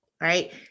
right